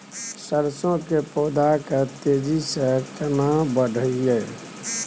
सरसो के पौधा के तेजी से केना बढईये?